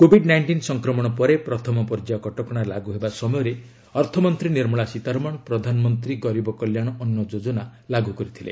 Covid nineteen ସଂକ୍ରମଣ ପରେ ପ୍ରଥମ ପର୍ଯ୍ୟାୟ କଟକଶା ଲାଗୁ ହେବା ସମୟରେ ଅର୍ଥମନ୍ତ୍ରୀ ନିର୍ମଳା ସୀତାରମଣ ପ୍ରଧାନମନ୍ତ୍ରୀ ଗରିବ କଲ୍ୟାଣ ଅନ୍ନ ଯୋଜନା ଲାଗ୍ର କରିଥିଲେ